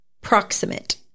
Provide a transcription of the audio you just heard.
proximate